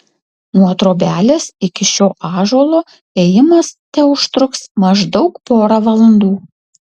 nuo trobelės iki šio ąžuolo ėjimas teužtruks maždaug porą valandų